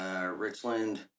Richland